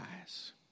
eyes